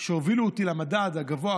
שהובילו אותי לממד הגבוה,